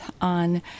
on